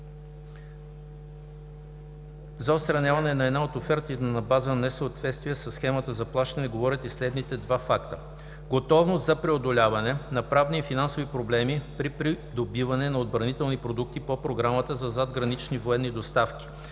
за отстраняване на една от офертите на база несъответствия със схемата за плащане говорят и следните два факта. Готовност за преодоляване на правни и финансови проблеми при придобиване на отбранителни продукти по Програмата за задгранични военни доставки